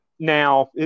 Now